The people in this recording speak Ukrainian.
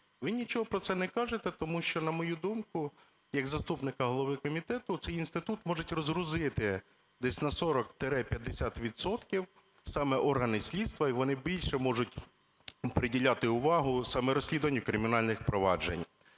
Ви нічого про це не кажете, тому що, на мою думку, як заступника голови комітету, цей інститут можуть розгрузити десь на 40-50 відсотків саме органи слідства. І вони більше можуть приділяти увагу саме розслідуванню кримінальних проваджень.